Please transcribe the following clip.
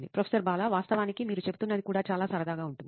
professor Bala వాస్తవానికి మీరు చెబుతున్నది కూడా చాలా సరదాగా ఉంటుంది